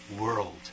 world